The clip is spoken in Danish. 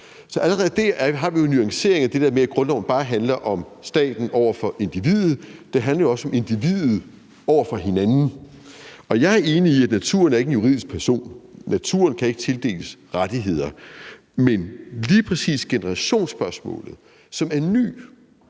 Så allerede der har vi en nuancering af det der med, at grundloven bare handler om staten over for individet. Det handler jo også om individerne over for hinanden. Jeg er enig, i at naturen ikke er en juridisk person. Naturen kan ikke tildeles rettigheder, men lige præcis generationsspørgsmålet, som i